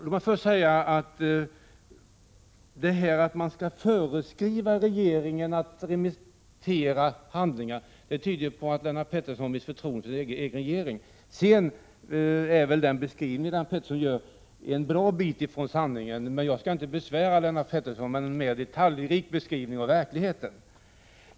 Får jag först säga att det här att man skall föreskriva att regeringen skall remittera handlingar tyder på att Lennart Pettersson mist förtroendet för sin egen regering. Även den beskrivning som Lennart Pettersson gjorde ligger en bra bit från sanningen, men jag skall inte besvära Lennart Pettersson med en mera detaljrik beskrivning av verkligheten.